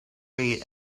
read